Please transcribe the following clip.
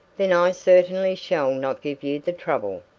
then i certainly shall not give you the trouble.